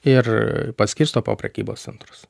ir paskirsto po prekybos centrus